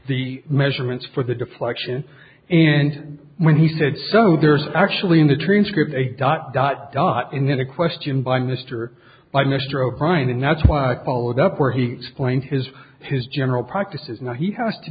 the measurements for the deflection and when he said so there's actually in the transcript a dot dot dot in it a question by mr by mr o'brien and that's why i followed up where he explained his his general practice is now he has to